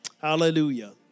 Hallelujah